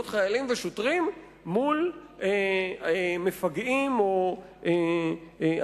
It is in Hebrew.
להיות חיילים ושוטרים מול מפגעים או אנשים